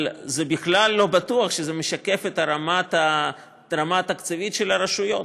אבל בכלל לא בטוח שזה משקף את הרמה התקציבית של הרשויות.